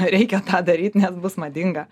reikia tą daryt nes bus madinga